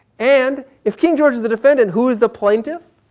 and if king george is the defendant, who is the plaintiff?